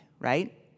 right